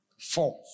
four